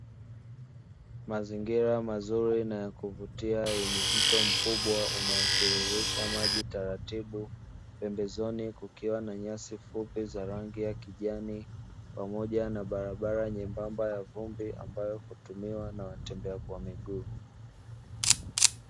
Mazingira mazuri na ya kuvutia yenye mto mkubwa unaotiririsha maji taratibu, pembezoni kukiwa na nyasi fupi za rangi ya kijani pamoja na barabara nyembamba ya vumbi ambayo hutumiwa na watembea kwa miguu.